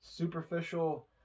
Superficial